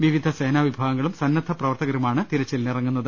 വിവിധ സേനാ വിഭാഗങ്ങളും സന്നദ്ധ പ്രവർത്തകരു മാണ് തിരച്ചിലിനിറങ്ങുന്നത്